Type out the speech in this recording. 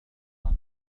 أكثر